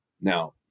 now